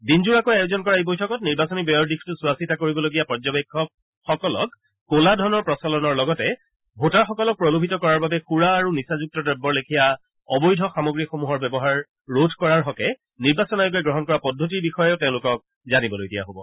দিনজোৰাকৈ আয়োজন কৰা এই বৈঠকত নিৰ্বাচনী ব্যয়ৰ দিশটো চোৱাচিতা কৰিবলগীয়া পৰ্যবেক্ষকসকলক কলা ধনৰ প্ৰচলনৰ লগতে ভোটাৰসকলক প্ৰলোভিত কৰাৰ বাবে সুৰা আৰু নিচাযুক্ত দ্ৰব্যৰ লেখিয়া অবৈধ সামগ্ৰীসমূহৰ ব্যৱহাৰ ৰোধ কৰাৰ হকে নিৰ্বাচন আয়োগে গ্ৰহণ কৰা পদ্ধতিৰ বিষয়েও তেওংলোকক জানিবলৈ দিয়া হব